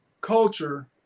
culture